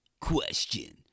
question